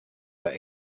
bei